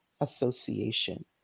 Association